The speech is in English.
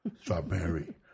Strawberry